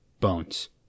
Bones